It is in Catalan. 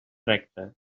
recta